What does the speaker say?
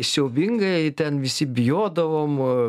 siaubingai ten visi bijodavom